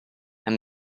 and